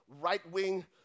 right-wing